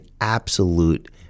absolute